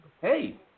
hey